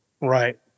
Right